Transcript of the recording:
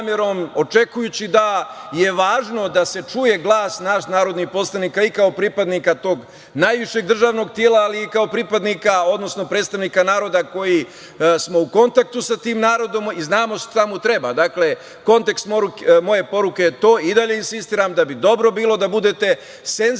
očekujući da je važno da se čuje glas nas narodnih poslanika i kao pripadnika tog najvišeg državnog tela, ali i kao pripadnika, odnosno predstavnika naroda, sa kojim smo u kontaktu i znamo šta mu treba. Dakle, kontekst moje poruke je to, i dalje insistiram da bi dobro bilo da budete senzibilni,